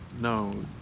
No